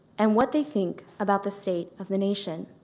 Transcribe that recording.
and what they think about the state of the nation.